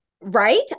Right